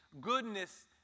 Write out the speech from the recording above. goodness